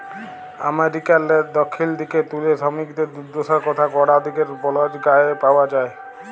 আমেরিকারলে দখ্খিল দিগে তুলে সমিকদের দুদ্দশার কথা গড়া দিগের বল্জ গালে পাউয়া যায়